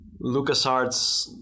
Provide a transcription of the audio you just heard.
LucasArts